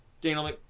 Daniel